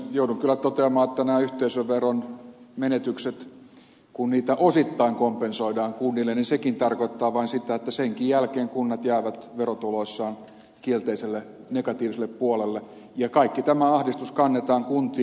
joudun kyllä toteamaan että kun nämä yhteisöveron menetykset osittain kompensoidaan kunnille niin sekin tarkoittaa vain sitä että senkin jälkeen kunnat jäävät verotuloissaan negatiiviselle puolelle ja kaikki tämä ahdistus kannetaan kuntiin